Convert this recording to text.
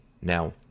Now